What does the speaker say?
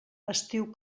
estiu